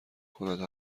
کند